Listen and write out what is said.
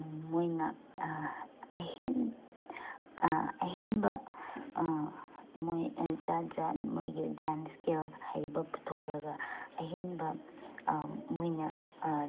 ꯃꯣꯏꯅ ꯑꯍꯦꯟ ꯑꯍꯦꯟꯕ ꯃꯣꯏ ꯖꯥꯠ ꯖꯥꯠ ꯃꯣꯏꯒꯤ ꯗꯥꯟꯁ ꯏꯁꯀꯤꯜ ꯍꯩꯕ ꯄꯨꯊꯣꯛꯂꯒ ꯑꯍꯦꯟꯕ ꯃꯣꯏꯅ